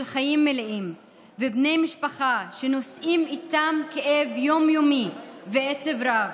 חיים מלאים ובני משפחה שנושאים עימם כאב יום-יומי ועצב רב.